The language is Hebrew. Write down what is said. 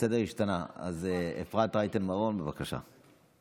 הסדר השתנה, אפרת רייטן מרום, בבקשה.